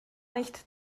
nicht